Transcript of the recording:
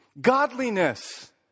Godliness